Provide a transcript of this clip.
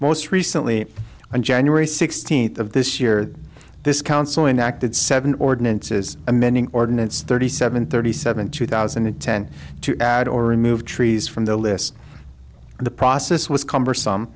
most recently on january sixteenth of this year this council and acted seven ordinances amending ordinance thirty seven thirty seven two thousand and ten to add or remove trees from the list of the process was cumbersome